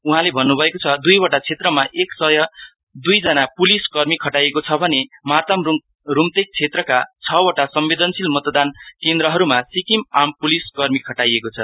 उहाँले भन्नु भएको छ दुईवटा क्षेत्रमा एक सय दुई जना पुलीस कर्मी खटाइएको छ भने मार्ताम रूम्तेक क्षेत्रका छवटा संवेदनशील मतदान केन्द्रहरूमा सिक्किम आर्म पुलिस कर्मी खटाइएको छ